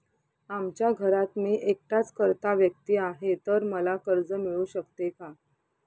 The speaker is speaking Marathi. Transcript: आमच्या घरात मी एकटाच कर्ता व्यक्ती आहे, तर मला कर्ज मिळू शकते का?